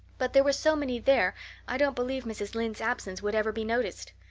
but there were so many there i don't believe mrs. lynde's absence would ever be noticed.